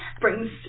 brings